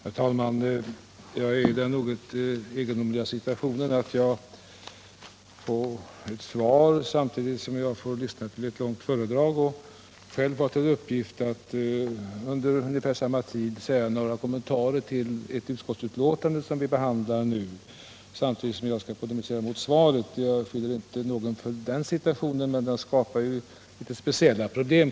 Herr talman! Jag är i den något egendomliga situationen att jag får ta emot ett svar och försöka polemisera mot detta samtidigt som jag får lyssna till ett långt föredrag. Nästan samtidigt har jag till uppgift att ge några kommentarer till ett utskottsbetänkande som vi behandlar just nu. Jag ger ingen skulden för att den här situationen har uppstått, men den skapar ju speciella problem.